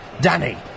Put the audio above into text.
Danny